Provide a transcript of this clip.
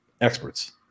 experts